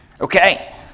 Okay